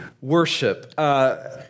Worship